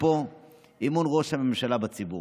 אפרופו אמון בראש הממשלה מהציבור.